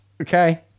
okay